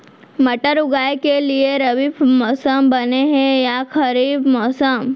मटर उगाए के लिए रबि मौसम बने हे या खरीफ मौसम?